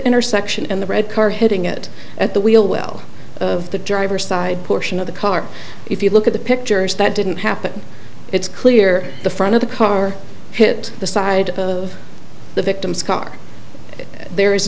intersection and the red car hitting it at the wheel well of the driver's side portion of the car if you look at the pictures that didn't happen it's clear the front of the car hit the side of the victim's car if there is